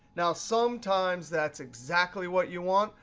now sometimes, that's exactly what you want.